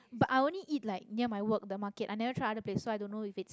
but i only eat like near my work the market i never try other place so i don't know if it's